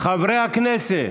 חברי הכנסת.